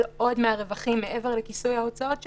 עוד מהרווחים מעבר לכיסוי ההוצאות שלהם,